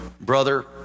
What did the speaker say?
brother